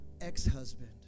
ex-husband